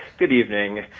good evening.